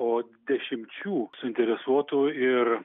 o dešimčių suinteresuotų ir